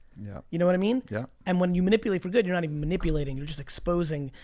yeah you know what i mean? yeah. and when you manipulate for good, you're not even manipulating. you're just exposing,